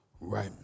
right